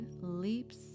leaps